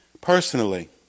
personally